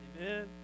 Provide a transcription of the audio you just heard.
Amen